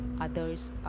others